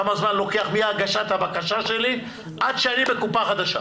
כמה זמן לוקח מהגשת הבקשה שלי עד שאני בקופה חדשה.